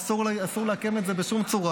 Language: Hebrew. אסור לעקם את זה בשום צורה,